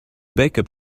backup